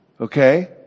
Okay